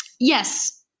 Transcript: Yes